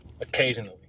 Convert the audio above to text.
Occasionally